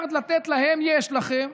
מיליארד לתת להם יש לכם,